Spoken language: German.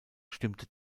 stimmte